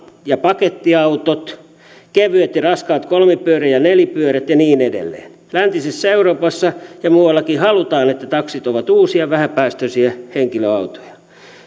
ja pakettiautot kevyet ja raskaat kolmipyörät ja nelipyörät ja niin edelleen läntisessä euroopassa ja muuallakin halutaan että taksit ovat uusia ja vähäpäästöisiä henkilöautoja